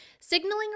signaling